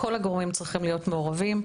כל הגורמים צריכים להיות מעורבים.